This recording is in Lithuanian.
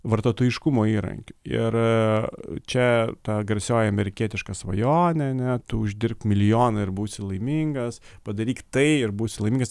vartotojiškumo įrankiu ir čia ta garsioji amerikietiška svajonė ane uždirbtk milijoną ir būsi laimingas padaryk tai ir būsi laimingas